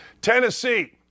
Tennessee